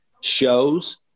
shows